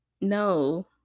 No